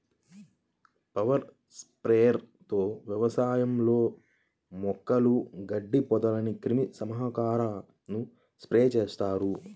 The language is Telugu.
పవర్ స్ప్రేయర్ తో వ్యవసాయంలో మొక్కలు, గడ్డి, పొదలకు క్రిమి సంహారకాలను స్ప్రే చేస్తారు